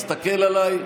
אז תקל עליי.